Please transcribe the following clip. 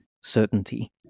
certainty